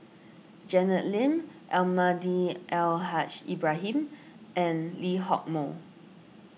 Janet Lim Almahdi Al Haj Ibrahim and Lee Hock Moh